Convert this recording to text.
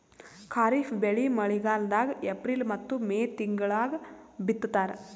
ಖಾರಿಫ್ ಬೆಳಿ ಮಳಿಗಾಲದಾಗ ಏಪ್ರಿಲ್ ಮತ್ತು ಮೇ ತಿಂಗಳಾಗ ಬಿತ್ತತಾರ